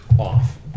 Off